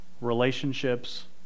relationships